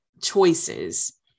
choices